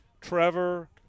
Trevor